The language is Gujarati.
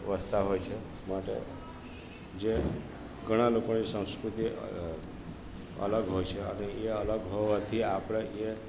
વસતા હોય છે માટે જે ઘણા લોકોની સંસ્કૃતિ અલગ હોય છે અને એ અલગ હોવાથી આપણે એ